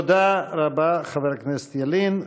תודה רבה, חבר הכנסת ילין.